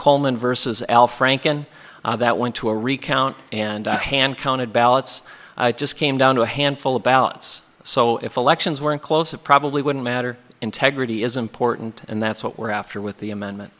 coleman versus al franken that went to a recount and a hand counted ballots just came down to a handful of ballots so if elections weren't close it probably wouldn't matter integrity is important and that's what we're after with the amendment